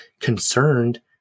concerned